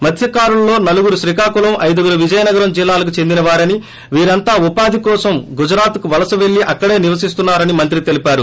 మత్సకారులలో నలుగురు శ్రీకాకుళం ఐదుగురు విజయనగరం జిల్లాలకు చెందినవారని వీరంతా ఉపాధి కోసం గుజరాత్కు వలస పెల్లి అక్కడే నివసిస్తున్నా రని మంత్రి తెలిపారు